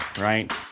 right